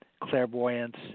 clairvoyance